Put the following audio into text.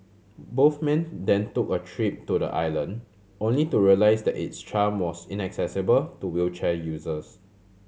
both men then took a trip to the island only to realise that its charm was inaccessible to wheelchair users